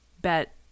bet